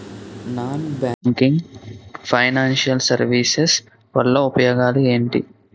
Non banking financial services వల్ల ఉపయోగాలు ఎంటి?